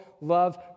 love